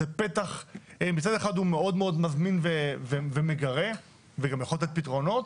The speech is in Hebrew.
זה פתח שמצד אחד הוא מאוד מזמין ומגרה וגם יכול לתת פתרונות.